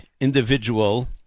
individual